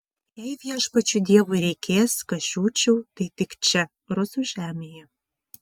jei viešpačiui dievui reikės kad žūčiau tai tik čia rusų žemėje